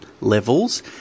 levels